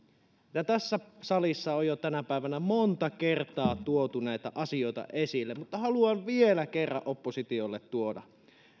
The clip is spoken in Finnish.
tässä salissa on jo tänä päivänä monta kertaa tuotu näitä asioita esille mutta haluan vielä kerran oppositiolle tuoda